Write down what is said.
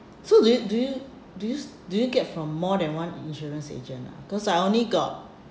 so do you do you do you do you get from more than one insurance agent ah cause I only got